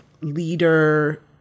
leader